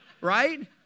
Right